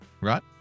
right